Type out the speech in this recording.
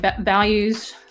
values